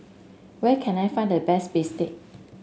where can I find the best Bistake